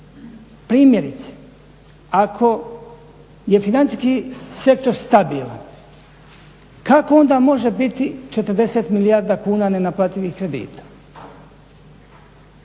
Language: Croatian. Primjerice, ako je financijski sektor stabilan kako onda može biti 40 milijardi kuna nenaplativih kredita?